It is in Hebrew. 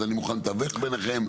אז אני מוכן לתווך ביניכם.